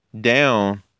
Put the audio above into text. down